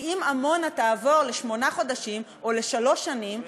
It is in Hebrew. כי אם עמונה תעבור לשמונה חודשים או לשלוש שנים,